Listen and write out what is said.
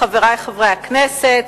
חברי חברי הכנסת,